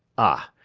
ah!